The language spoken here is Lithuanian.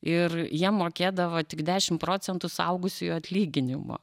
ir jiem mokėdavo tik dešim procentų suaugusiųjų atlyginimo